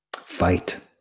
fight